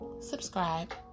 subscribe